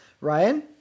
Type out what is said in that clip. Ryan